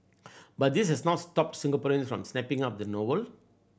but this has not stopped Singaporean from snapping up the novel